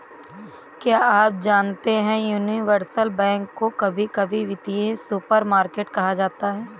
क्या आप जानते है यूनिवर्सल बैंक को कभी कभी वित्तीय सुपरमार्केट कहा जाता है?